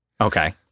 Okay